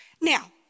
Now